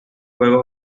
juegos